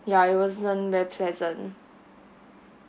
ya it wasn't very pleasant